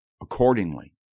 Accordingly